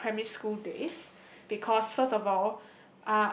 my primary school days because first of all